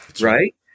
right